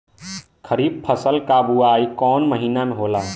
खरीफ फसल क बुवाई कौन महीना में होला?